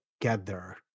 together